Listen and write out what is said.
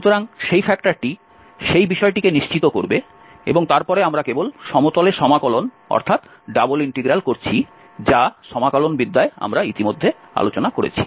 সুতরাং সেই ফ্যাক্টরটি সেই বিষয়টিকে নিশ্চিত করবে এবং তারপরে আমরা কেবল সমতলে সমাকলন অর্থাৎ ডাবল ইন্টিগ্রাল করছি যা সমাকলনবিদ্যায় আমরা ইতিমধ্যে আলোচনা করেছি